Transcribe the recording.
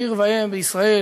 עיר ואם בישראל,